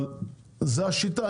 אבל זאת השיטה,